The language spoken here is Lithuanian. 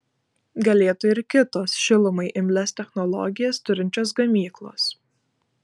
galėtų ir kitos šilumai imlias technologijas turinčios gamyklos